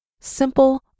Simple